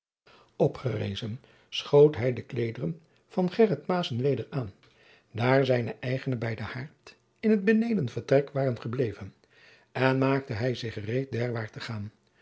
staan opgerezen schoot hij de kleederen van gheryt maessen weder aan daar zijne eigene bij den haard in het benedenvertrek waren gebleven en maakte hij zich gereed derwaart te gaan